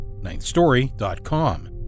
ninthstory.com